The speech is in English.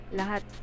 lahat